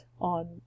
on